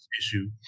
issue